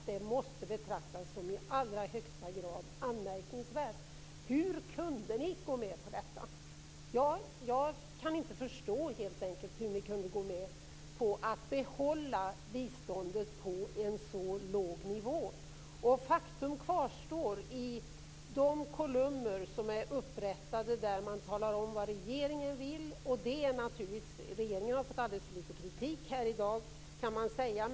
Det måste betraktas som i allra högsta grad anmärkningsvärt. Hur kunde ni gå med på detta? Jag kan inte förstå hur ni kunde gå med på att behålla biståndet på en så låg nivå. Faktum kvarstår. Det finns kolumner där man talar om vad regeringen vill, och regeringen har ju fått alldeles för lite kritik här i dag.